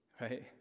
right